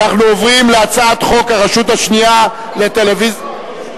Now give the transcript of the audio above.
אנחנו עוברים להצעת חוק לפינוי שדות מוקשים.